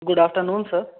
good afternoon sir